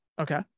Okay